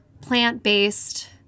plant-based